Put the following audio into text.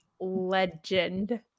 Legend